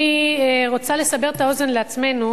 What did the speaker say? אני רוצה לסבר את האוזן לעצמנו.